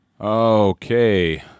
Okay